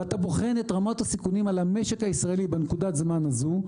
ואתה בוחן את רמת הסיכונים על המשק הישראלי בנקודת הזמן הזו,